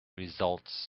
results